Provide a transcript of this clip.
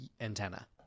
antenna